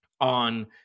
on